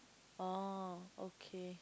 oh okay